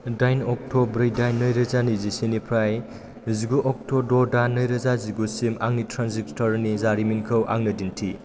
दाइन अक्ट' ब्रै दान नैरोजा नैजिसेनिफ्राय जिगु अक्ट' द' दान नैरोजा जिगुसिम आंनि ट्रेन्जेक्ट'रनि जारिमिनखौ आंनो दिन्थि